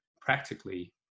practically